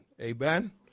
Amen